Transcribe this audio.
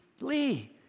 Lee